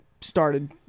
started